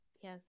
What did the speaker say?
Yes